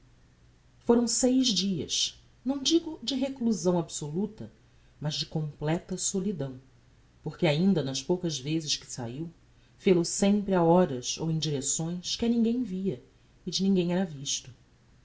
foram seis dias não digo de reclusão absoluta mas de completa solidão porque ainda nas poucas vezes que saiu fel-o sempre a horas ou em direcções que a ninguem via e de ninguem era visto